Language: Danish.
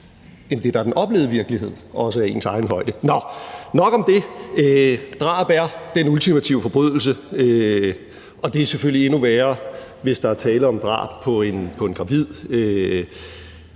end det, der er den oplevede virkelighed – også af ens egen højde. Nok om det. Drab er den ultimative forbrydelse, og det er selvfølgelig endnu værre, hvis der er tale om drab på en gravid.